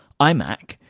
iMac